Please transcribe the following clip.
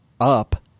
up